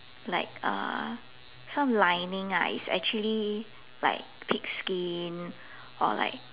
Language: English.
like uh some lining lah is actually like pig skin or like